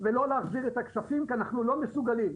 ולא להחזיר את הכספים כי אנחנו לא מסוגלים.